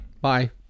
Bye